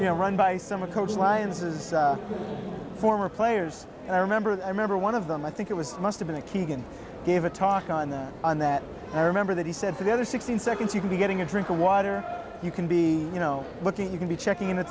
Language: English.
you know run by some accounts alliances former players and i remember i remember one of them i think it was must have been a keegan gave a talk on the on that i remember that he said to the other sixteen seconds you can be getting a drink of water you can be you know but that you can be checking in at